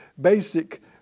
basic